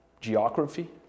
geography